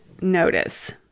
notice